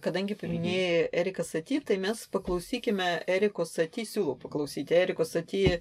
kadangi paminėjai eriką stati tai mes paklausykime eriko sati siūlau paklausyti eriko sati